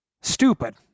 Stupid